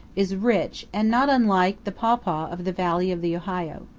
is rich, and not unlike the pawpaw of the valley of the ohio.